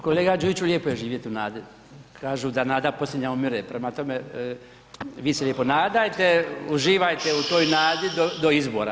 Kolega Đujiću lijepo je živjet u nadi, kažu da nada posljednja umire, prema tome vi se lijepo nadajte, uživajte u toj nadi do izbora.